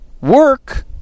Work